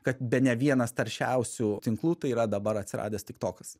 kad bene vienas taršiausių tinklų tai yra dabar atsiradęs tiktokas